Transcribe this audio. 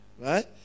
right